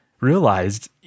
realized